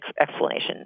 explanation